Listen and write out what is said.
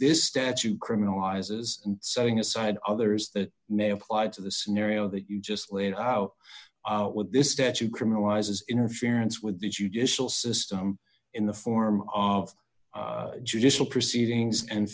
this statue criminalizes setting aside others that may apply to the scenario that you just laid out with this statue criminalizes interference with the judicial system in the form of judicial proceedings and